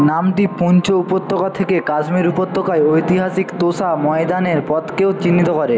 নামটি পঞ্চ উপত্যকা থেকে কাশ্মীর উপত্যকায় ঐতিহাসিক তোসা ময়দানের পথকেও চিহ্নিত করে